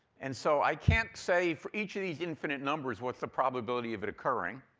and so i can't say, for each of these infinite numbers, what's the probability of it occurring?